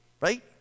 Right